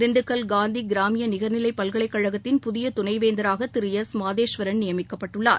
திண்டுக்கல் காந்தி கிராமிய நிகர்நிலை பல்கலைக்கழகத்தின் புதிய துணை வேந்தராக திரு எஸ் மாதேஸ்வரன் நியமிக்கப்பட்டுள்ளார்